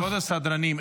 כל הסדרנים,